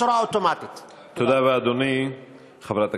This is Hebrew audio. תודה רבה, אדוני.